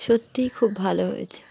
সত্যিই খুব ভালো হয়েছে